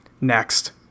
Next